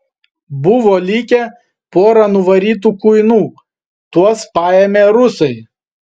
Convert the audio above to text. buvo likę pora nuvarytų kuinų tuos paėmę rusai